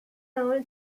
all